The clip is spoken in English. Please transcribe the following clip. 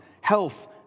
health